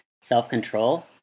self-control